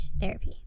therapy